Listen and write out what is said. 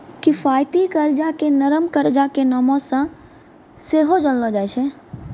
किफायती कर्जा के नरम कर्जा के नामो से सेहो जानलो जाय छै